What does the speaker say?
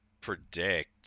predict